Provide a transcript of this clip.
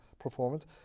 performance